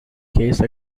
case